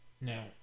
Now